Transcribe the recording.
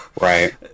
Right